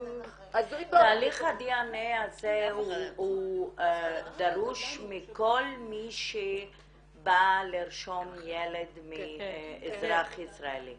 תהליך הדנ"א הזה דרוש מכל מי שבאה לרשום ילד מאזרח ישראלי.